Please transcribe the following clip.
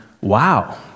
wow